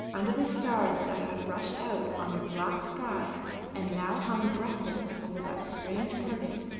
under the stars that had rushed out on the black sky and now hung breathless over that strange parting,